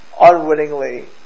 unwittingly